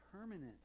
permanent